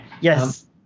Yes